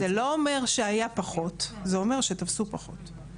זה לא אומר שהיה פחות, זה אומר שתפסו פחות.